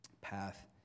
Path